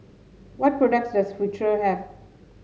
what products does Futuro have